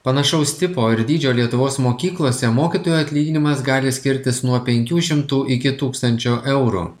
panašaus tipo ir dydžio lietuvos mokyklose mokytojų atlyginimas gali skirtis nuo penkių šimtų iki tūkstančio eurų